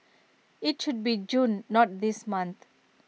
IT should be June not this month